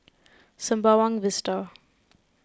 Sembawang Vista